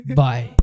bye